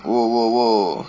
!whoa! !whoa! !whoa!